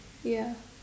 ya